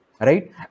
Right